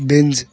Benz